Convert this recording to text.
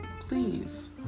please